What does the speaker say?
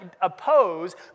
oppose